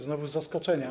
Znowu z zaskoczenia.